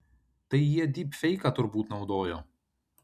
tai jie dypfeiką turbūt naudojo